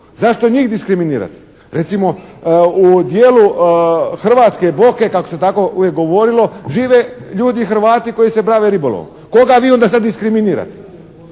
Zašto njih diskriminirate? Recimo, u dijelu Hrvatske Boke, kako se tako uvijek govorilo, žive ljudi Hrvati koji se bave ribolovom. Koga vi onda sad diskriminirate?